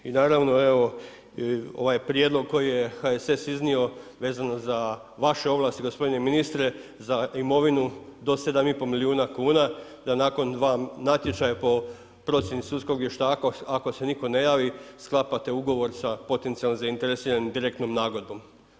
I naravno, evo ovaj prijedlog koji je HSS iznio vezano za vaše ovlasti, gospodine ministre, za imovine do 7,5 milijuna kuna, da nakon dva natječaja po procjeni sudskog vještaka, ako se nitko ne javi, sklapate ugovor sa potencijalno zainteresiranim direktnom nagodbom.